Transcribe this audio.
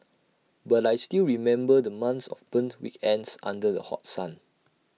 but I still remember the months of burnt weekends under the hot sun